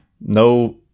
No